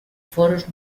foros